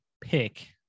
pick